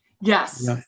Yes